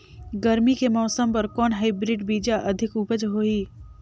गरमी के मौसम बर कौन हाईब्रिड बीजा अधिक उपज होही?